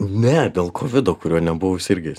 ne dėl kovido kurio nebuvau sirgęs